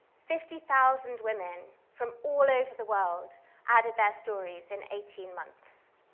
fifty thousand women from all over the world added their stories in eighteen months.